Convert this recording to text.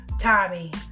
Tommy